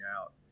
out